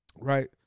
right